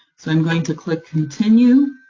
so i'm going to click continue,